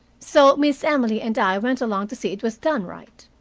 so miss emily and i went along to see it was done right.